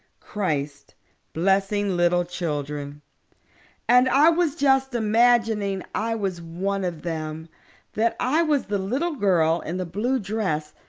christ blessing little children and i was just imagining i was one of them that i was the little girl in the blue dress,